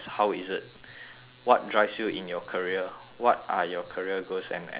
what drives you in your career what are your career goals and aspirations